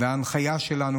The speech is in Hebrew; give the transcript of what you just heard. ההנחיה שלנו,